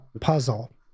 puzzle